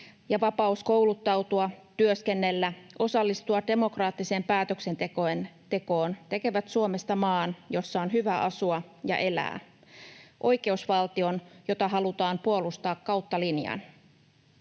vapaus kouluttautua, työskennellä ja osallistua demokraattiseen päätöksentekoon tekevät Suomesta maan, jossa on hyvä asua ja elää, oikeusvaltion, jota halutaan puolustaa kautta linjan.